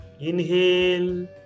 Inhale